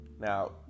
Now